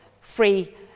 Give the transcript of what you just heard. free